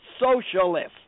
socialist